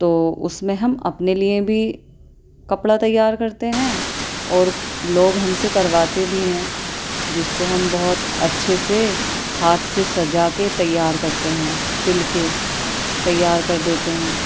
تو اس میں ہم اپنے لیے بھی کپڑا تیار کرتے ہیں اور لوگ ہم سے کرواتے بھی ہیں جس کو ہم بہت اچھے سے ہاتھ سے سجا کے تیار کرتے ہیں سل کے تیار کر دیتے ہیں